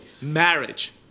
Marriage